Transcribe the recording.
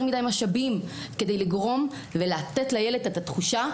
מדי משאבים כדי לגרום ולתת לילד את התחושה,